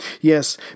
Yes